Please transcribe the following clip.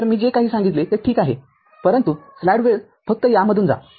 तरमी जे काही सांगितले ते ठीक आहेपरंतु स्लाईड वेळ फक्त यामधून जा